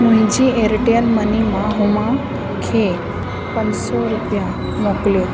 मुंहिंजी Airtel money मां हुमा खे पंज सौ रुपिया मोकिलियो